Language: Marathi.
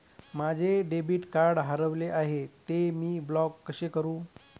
माझे डेबिट कार्ड हरविले आहे, ते मी ब्लॉक कसे करु?